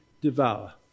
devour